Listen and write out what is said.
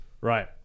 Right